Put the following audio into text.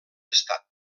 estat